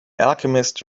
alchemist